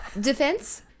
Defense